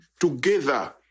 together